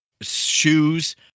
shoes